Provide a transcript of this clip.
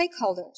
stakeholders